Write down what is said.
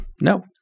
no